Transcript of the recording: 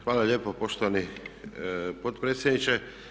Hvala lijepo poštovani potpredsjedniče.